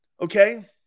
Okay